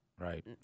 Right